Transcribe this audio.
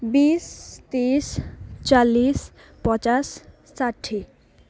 बिस तिस चालिस पचास साठी